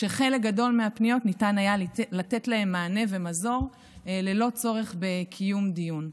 וחלק גדול מהפניות ניתן היה לתת להן מענה ומזור ללא צורך בקיום דיון.